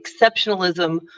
exceptionalism